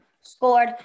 scored